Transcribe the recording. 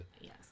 yes